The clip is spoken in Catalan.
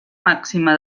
màxima